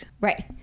Right